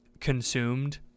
consumed